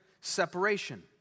separation